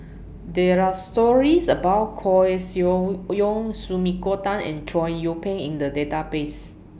There Are stories about Koeh Sia Yong Sumiko Tan and Chow Yian Ping in The Database